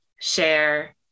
share